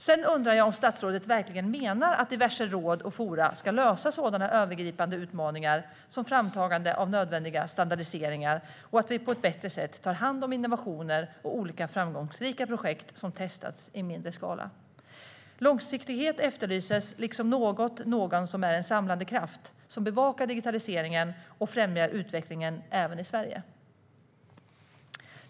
Sedan undrar jag om statsrådet verkligen menar att diverse råd och forum ska lösa sådana övergripande utmaningar som framtagandet av nödvändiga standardiseringar och att vi på ett bättre sätt tar hand om innovationer och olika framgångsrika projekt som har testats i mindre skala. Långsiktighet efterlyses liksom något eller någon som är en samlande kraft, som bevakar digitaliseringen och som främjar utvecklingen även i Sverige.